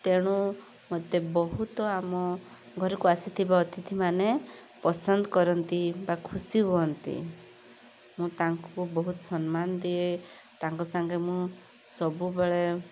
ତେଣୁ ମୋତେ ବହୁତ ଆମ ଘରକୁ ଆସିଥିବା ଅତିଥି ମାନେ ପସନ୍ଦ କରନ୍ତି ବା ଖୁସି ହୁଅନ୍ତି ମୁଁ ତାଙ୍କୁ ବହୁତ ସମ୍ମାନ ଦିଏ ତାଙ୍କ ସାଙ୍ଗେ ମୁଁ ସବୁବେଳେ